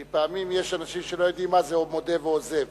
כי פעמים יש אנשים שלא יודעים מה זה "מודה ועוזב".